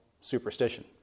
superstition